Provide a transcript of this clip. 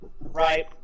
right